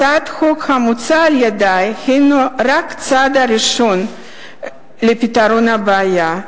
הצעת החוק המוצעת על-ידי הינה רק הצעד הראשון לפתרון הבעיה.